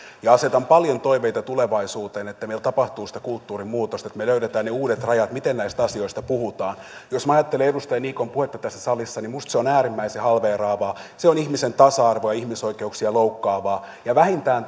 asetan paljon toiveita tulevaisuuteen että meillä tapahtuu sitä kulttuurimuutosta että me löydämme ne uudet rajat miten näistä asioista puhutaan jos minä ajattelen edustaja niikon puhetta tässä salissa niin minusta se on äärimmäisen halveeraavaa se on ihmisen tasa arvoa ja ihmisoikeuksia loukkaavaa ja vähintään